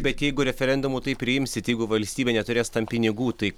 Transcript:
bet jeigu referendumu tai priimsit jeigu valstybė neturės tam pinigų tai